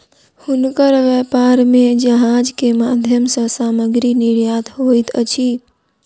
हुनकर व्यापार में जहाज के माध्यम सॅ सामग्री निर्यात होइत अछि